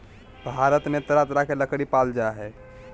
भारत में तरह तरह के लकरी पाल जा हइ